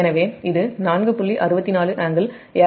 எனவே இது 4